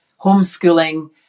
homeschooling